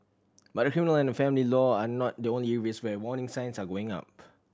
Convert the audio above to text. but criminal and family law are not the only areas where warning signs are going up